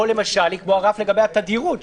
או רף לגבי התדירות.